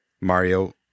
Mario